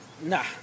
nah